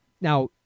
now